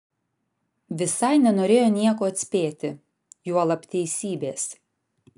visai nenorėjo nieko atspėti juolab teisybės